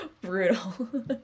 brutal